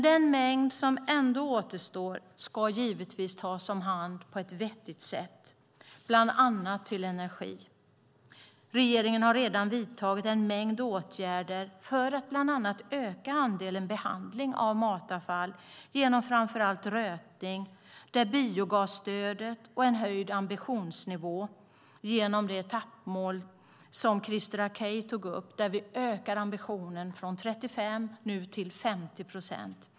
Den mängd som ändå återstår ska tas om hand på ett vettigt sätt och används bland annat till energi. Regeringen har redan vidtagit en mängd åtgärder för att bland annat öka andelen behandling av matavfall genom framför allt rötning. Där höjer vi ambitionsnivån i de etappmål som Christer Akej tog upp. Ambitionen är att öka andelen som sorteras från 35 till 50 procent.